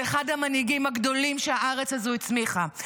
אחד המנהיגים הגדולים שהארץ הזו הצמיחה,